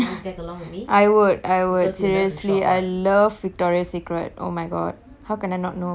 I would I would seriously I love victoria secret oh my god how can I not know about this